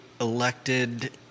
elected